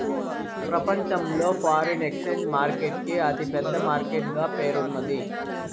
ప్రపంచంలో foreign exchange market కి అతి పెద్ద మార్కెట్ గా పేరున్నాది